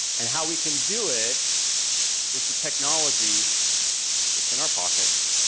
and how we can do it with the technology that's in our pockets.